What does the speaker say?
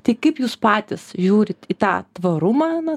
tai kaip jūs patys žiūrit į tą tvarumą